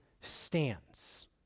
stands